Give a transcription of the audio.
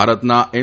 ભારતના એમ